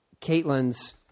Caitlin's